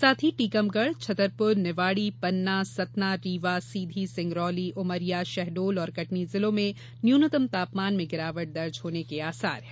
साथ ही टीकमगढ़ छतरपुर निवाड़ी पन्ना सतना रीवा सीधी सिंगरौली उमरिया शहडोल और कटनी जिलों में न्यूनतम तापमान में गिरावट दर्ज होने के आसार हैं